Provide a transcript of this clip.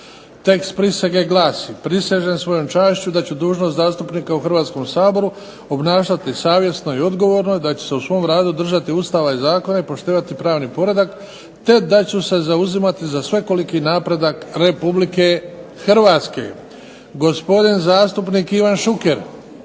Tekst prisege glasi: "Prisežem svojom čašću da ću dužnost zastupnika u Hrvatskom saboru obnašati savjesno i odgovorno i da ću se u svom radu držati Ustava i zakona i poštivati pravni poredak, te da ću se zauzimati za svekoliki napredak Republike Hrvatske". Gospodin zastupnik Ivan Šuker.